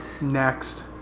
Next